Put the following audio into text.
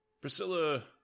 Priscilla